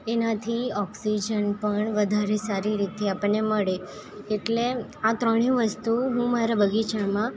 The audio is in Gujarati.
એનાથી ઓક્સિજન પણ વધારે સારી રીતે આપણને મળે એટલે આ ત્રણેય વસ્તુ હું મારા બગીચામાં